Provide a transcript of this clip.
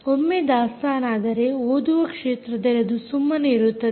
ಒಮ್ಮೆ ದಾಸ್ತನಾದರೆ ಓದುವ ಕ್ಷೇತ್ರದಲ್ಲಿ ಅದು ಸುಮ್ಮನೆ ಇರುತ್ತದೆ